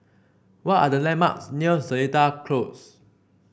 what are the landmarks near Seletar Close